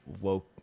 woke